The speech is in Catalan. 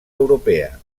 europea